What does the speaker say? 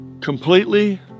Completely